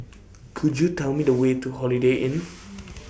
Could YOU Tell Me The Way to Holiday Inn